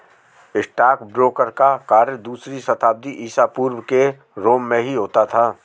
stockbroker का कार्य दूसरी शताब्दी ईसा पूर्व के रोम में भी होता था